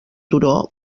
turó